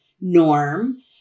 norm